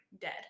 dead